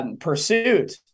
Pursuit